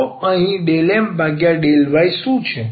તો અહીં ∂M∂y શું છે